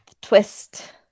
Twist